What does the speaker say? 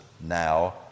now